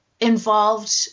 involved